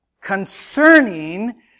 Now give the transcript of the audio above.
concerning